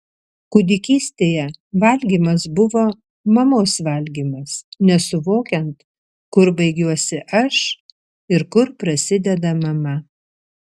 kūdikystėje valgymas buvo mamos valgymas nesuvokiant kur baigiuosi aš ir kur prasideda mama